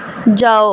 जाओ